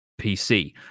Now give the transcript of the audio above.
pc